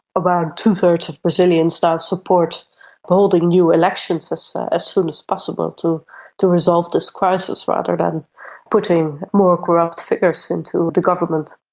two-thirds of brazilians now support holding new elections as as soon as possible to to resolve this crisis rather than putting more corrupt figures into the government.